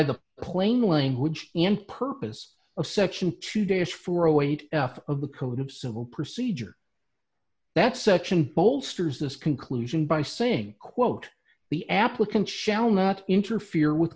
the plain language and purpose of section two days for a weight off of the code of civil procedure that section bolsters this conclusion by saying quote the applicant shall not interfere with